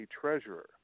treasurer